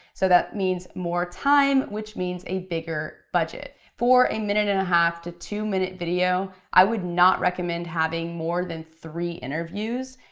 so that means more time which means a bigger budget. for a minute and a half to two minute video, i would not recommend having more than three interviews.